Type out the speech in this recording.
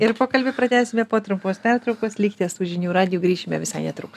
ir pokalbį pratęsime po trumpos pertraukos likite su žinių radiju grįšime visai netrukus